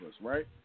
right